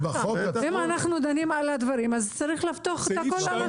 אם אנחנו דנים על הדברים, צריך לפתוח את הכול.